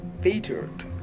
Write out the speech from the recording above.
Featured